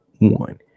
one